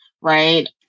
right